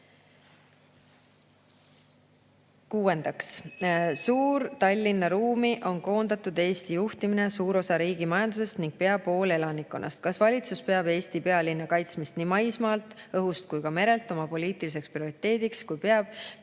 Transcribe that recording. Kuuendaks: "Suur-Tallinna ruumi on koondatud Eesti juhtimine, suur osa riigi majandusest ning pea pool elanikkonnast. Kas valitsus peab Eesti pealinna kaitsmist nii maismaalt, õhust kui ka merelt oma poliitiliseks prioriteediks? Kui peab,